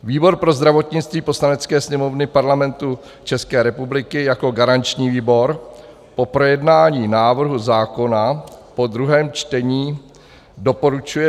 Výbor pro zdravotnictví Poslanecké sněmovny Parlamentu České republiky jako garanční výbor po projednání návrhu zákona po druhém čtení doporučuje